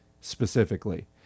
specifically